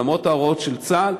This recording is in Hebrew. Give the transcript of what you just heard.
ולמרות ההוראות של צה"ל,